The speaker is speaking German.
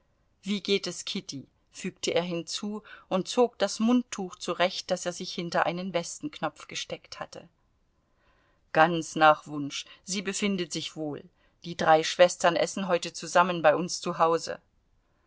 wie geht es kitty fügte er hinzu und zog das mundtuch zurecht das er sich hinter einen westenknopf gesteckt hatte ganz nach wunsch sie befindet sich wohl die drei schwestern essen heute zusammen bei uns zu hause